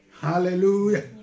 Hallelujah